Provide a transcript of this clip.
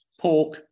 pork